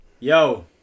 Yo